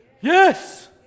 Yes